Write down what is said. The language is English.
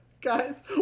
Guys